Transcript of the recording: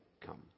come